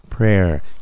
prayer